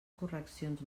correccions